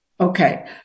Okay